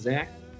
Zach